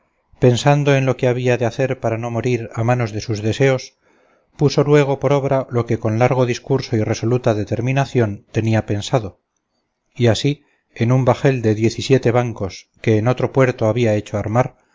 pensando en lo que había de hacer para no morir a manos de sus deseos puso luego por obra lo que con largo discurso y resoluta determinación tenía pensado y así en un bajel de diez y siete bancos que en otro puerto había hecho armar